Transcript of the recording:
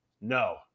no